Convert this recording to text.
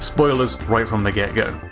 spoilers right from the get-go.